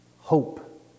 Hope